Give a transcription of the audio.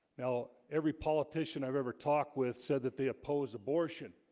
now every politician i've ever talked with said that they oppose abortion